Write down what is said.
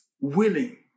willing